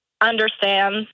understand